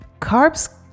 Carbs